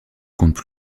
compte